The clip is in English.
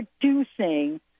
producing